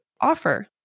offer